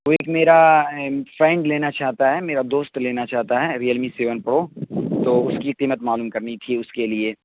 وہ ایک میرا فرینڈ لینا چاہتا ہے میرا دوست لینا چاہتا ہے ریئل می سیون پرو تو اس کی قیمت معلوم کرنی تھی اس کے لیے